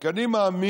כי אני מאמין